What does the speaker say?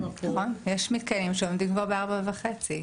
מתקנים שעומדים כבר ב-4.5,